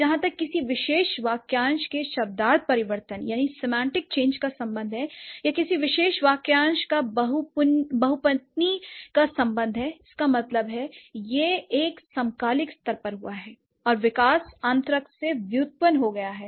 जहाँ तक किसी विशेष वाक्यांश के शब्दार्थ परिवर्तन का संबंध है या किसी विशेष वाक्यांश का बहुपत्नी का संबंध है l इसका मतलब है यह एक समकालिक स्तर पर हुआ है और विकास आंत्रक से व्युत्पन्न हो गया है